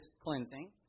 cleansing